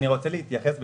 אני רוצה להתייחס.